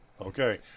okay